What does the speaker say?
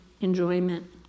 enjoyment